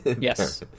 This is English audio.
Yes